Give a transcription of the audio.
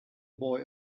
boy